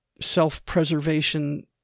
self-preservation